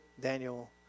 Daniel